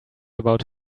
about